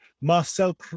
Marcel